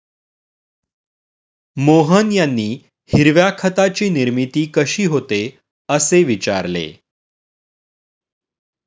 मोहन यांनी हिरव्या खताची निर्मिती कशी होते, असे विचारले